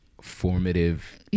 formative